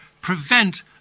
prevent